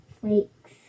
Flakes